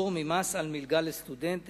(פטור ממס על מלגה לסטודנט),